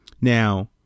Now